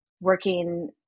working